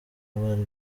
bari